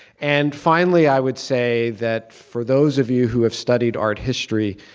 and finally, i would say that for those of you who have studied art history,